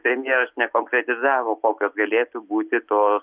premjeras nekonkretizavo kokios galėtų būti tos